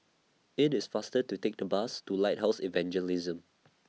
IT IS faster to Take The Bus to Lighthouse Evangelism